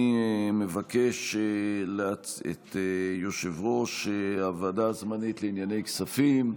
אני מבקש את יושב-ראש הוועדה הזמנית לענייני כספים,